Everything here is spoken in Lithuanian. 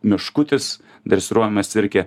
meškutis dresiruojamas cirke